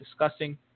discussing